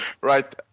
Right